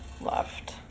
left